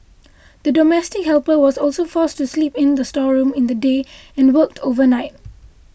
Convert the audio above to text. the domestic helper was also forced to sleep in the storeroom in the day and worked overnight